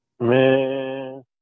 Man